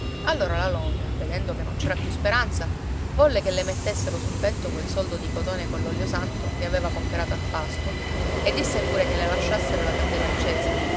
allora la longa vedendo che non c'era più speranza volle che le mettessero sul petto quel soldo di cotone coll'olio santo che aveva comperato a pasqua e disse pure che lasciassero la candela accesa